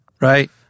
Right